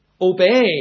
Obey